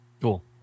cool